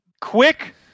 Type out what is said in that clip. quick